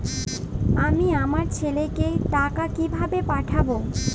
আমি আমার ছেলেকে টাকা কিভাবে পাঠাব?